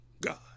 God